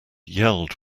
yelled